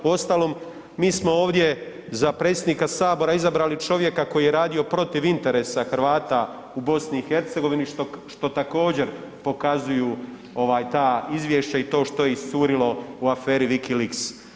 Uostalom mi smo ovdje za predsjednika Sabora izabrali čovjeka koji je radio protiv interesa Hrvata u BiH što također pokazuju ta izvješća i to što je iscurilo u aferi WikiLeaks.